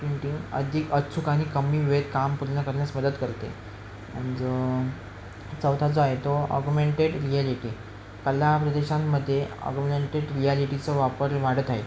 printing अधिक अचूक आणि कमी वेळेत काम पूर्ण करण्यास मदत करते आणि ज चौथा जो आहे तो ऑगमेंटेड रियालिटी कला प्रदेशांमध्ये ऑगमेंटेड रियालिटीचं वापर वाढत आहे